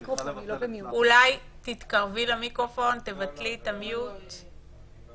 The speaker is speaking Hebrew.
וגם הם היו רוצים שבני המשפחה שלהם לא